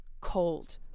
cold